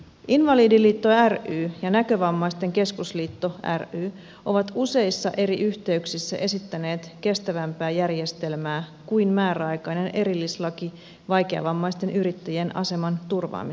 invalidiliitto ry ja näkövammaisten keskusliitto ry ovat useissa eri yhteyksissä esittäneet kestävämpää järjestelmää kuin määräaikainen erillislaki vaikeavammaisten yrittäjien aseman turvaamiseksi